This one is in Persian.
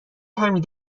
حمید